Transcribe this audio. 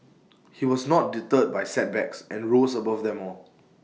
he was not deterred by setbacks and rose above them all